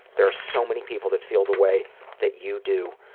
there are so many people that feel the way that you do,